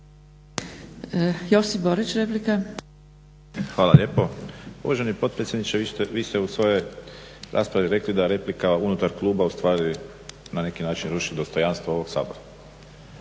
Josip (HDZ)** Hvala lijepo. Uvaženi potpredsjedniče vi ste u svojoj raspravi rekli da replika unutar kluba ustvari na neki način ruši dostojanstvo ovoga Sabora.